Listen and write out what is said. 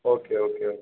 okay okay